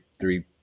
three